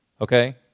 okay